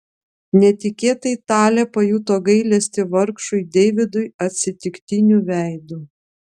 netikėtai talė pajuto gailestį vargšui deividui atsitiktiniu veidu